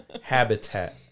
habitat